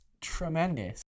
tremendous